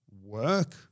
work